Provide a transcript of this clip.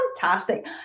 fantastic